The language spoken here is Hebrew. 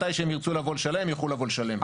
מתי שהם ירצו לבוא לשלם, יוכלו לבוא לשלם.